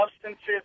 substances